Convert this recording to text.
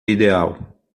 ideal